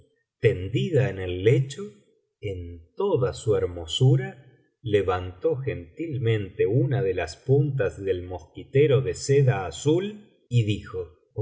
tendida en el lecho en toda su hermosura levantó gentilmente una de las puntas del mosquitero de seda azul y dijo